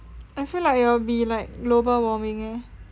I feel like it will be like global warming eh